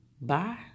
bye